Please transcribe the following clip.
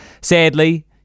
Sadly